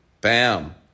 Bam